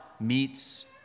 meets